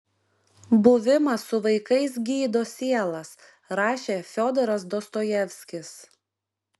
buvimas su vaikais gydo sielas rašė fiodoras dostojevskis